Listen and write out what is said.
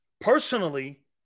Personally